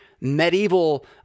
medieval